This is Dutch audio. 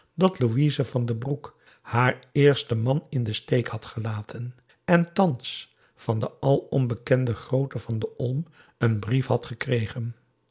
dat louise van den broek haar eersten man in den steek had gelaten en thans van den alom bekenden grooten van olm een brief had gekregen